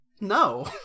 no